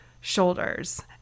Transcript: shoulders